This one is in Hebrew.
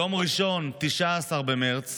ביום ראשון 19 במרץ